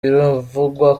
biravugwa